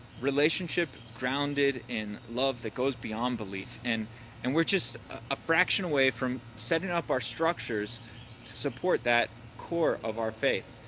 relationship grounded in love that goes beyond belief and and we're just a fraction away from setting up our structures to support that core of our faith.